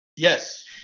yes